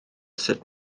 sut